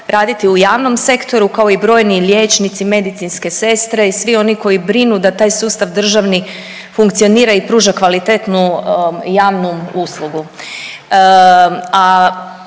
raditi u javnom sektoru kao i brojni liječnici, medicinske sestre i svi oni koji brinu da taj sustav državni funkcionira i pruža kvalitetnu javnu uslugu.